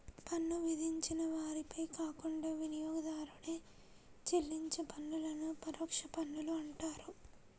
పన్ను విధించిన వారిపై కాకుండా వినియోగదారుడే చెల్లించే పన్నులను పరోక్ష పన్నులు అంటారు